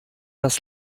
das